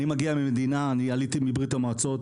אני עליתי מברית-המועצות,